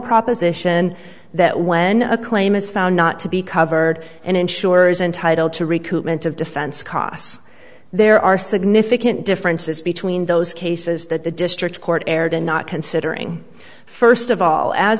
proposition that when a claim is found not to be covered and insurers entitled to recruitment of defense costs there are significant differences between those cases that the district court erred in not considering first of all as